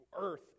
earth